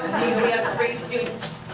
we have three students